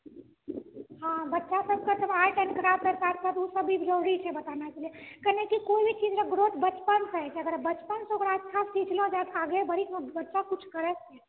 हँ बच्चा सबके ओ सब भी जरुरी छै बताना सब बच्चा सबके कनि कोई भी चीजके ग्रोथ बचपन से होइ छै अगर बचपन से ओकरा अच्छा सिख़लो जाइ तऽ आगे बच्चा कुछ करय छै